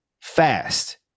fast